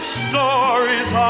stories